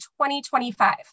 2025